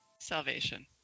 Salvation